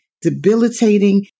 Debilitating